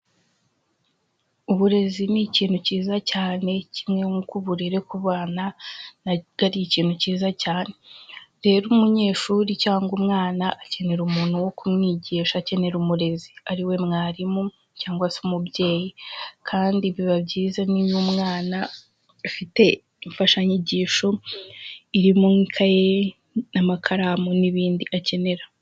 Uburezi ni ikintu cyiza cyane, kimwe n'uko uburere ku bana nabwo ari ikintu cyiza cyane, rero umunyeshuri cyangwa umwana akenera umuntu wo kumwigisha, akenera umurezi ari we mwarimu cyangwa se umubyeyi, kandi biba byiza nk'iyo umwana afite imfashanyigisho, irimo nk'ikaye, amakaramu, n'ibindi akenera.